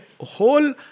whole